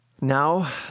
Now